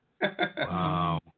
Wow